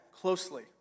closely